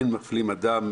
אין מפלים באדם,